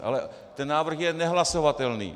Ale ten návrh je nehlasovatelný.